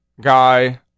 guy